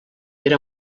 era